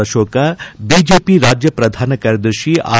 Ashoka BJP ರಾಜ್ಯ ಪ್ರಧಾನ ಕಾರ್ಯದರ್ಶಿ ಆರ್